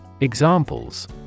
examples